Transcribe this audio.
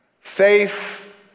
Faith